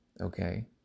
Okay